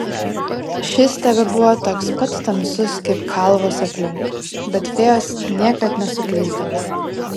šis tebebuvo toks pat tamsus kaip kalvos aplink bet fėjos niekad nesuklysdavo